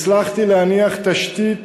הצלחתי להניח תשתית